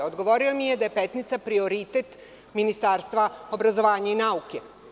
Odgovorio mi je da je Petnica prioritet Ministarstva obrazovanja i nauke.